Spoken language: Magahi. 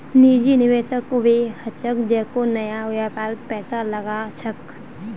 निजी निवेशक वई ह छेक जेको नया व्यापारत पैसा लगा छेक